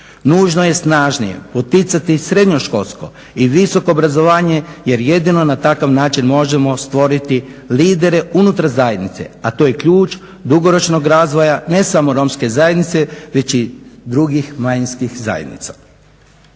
Nužno je snažnije poticati srednjoškolsko i visoko obrazovanje jer jedino na takav način možemo stvoriti lidere unutar zajednice, a to je ključ dugoročnog razvoja, ne samo romske zajednice, već i drugih manjinskih zajednica.